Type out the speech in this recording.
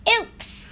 Oops